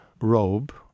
robe